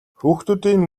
хүүхдүүдийн